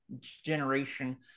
generation